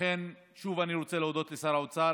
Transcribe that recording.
לכן, שוב, אני רוצה להודות לשר האוצר.